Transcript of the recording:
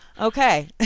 Okay